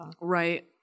Right